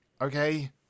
Okay